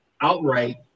outright